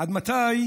עד מתי